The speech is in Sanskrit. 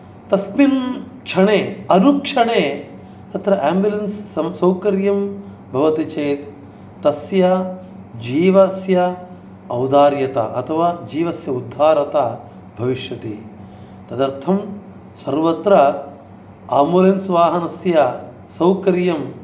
तस्मिन् क्षणे अनुक्षणे तत्र आम्बुलेन्स् सौकर्यं भवति चेत् तस्य जीवस्य औदार्यता अथवा जीवस्य उद्धारता भविष्यति तदर्थं सर्वत्र आम्बुलेन्स् वाहनस्य सौकर्यं